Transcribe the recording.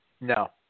No